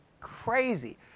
crazy